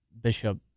Bishop